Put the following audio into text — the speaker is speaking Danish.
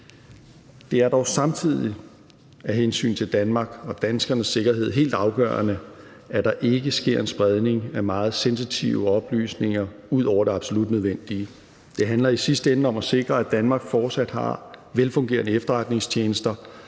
Det er dog samtidig af hensyn til Danmark og danskernes sikkerhed helt afgørende, at der ikke sker en spredning af meget sensitive oplysninger ud over det absolut nødvendige. Det handler i sidste ende om at sikre, at Danmark fortsat har velfungerende efterretningstjenester,